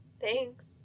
Thanks